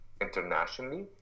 internationally